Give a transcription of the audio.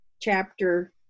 chapter